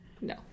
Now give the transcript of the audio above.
No